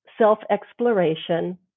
self-exploration